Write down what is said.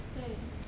对